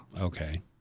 Okay